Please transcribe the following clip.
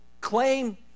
claim